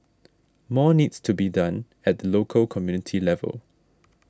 more needs to be done at the local community level